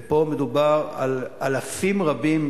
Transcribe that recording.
ופה מדובר על אלפים רבים,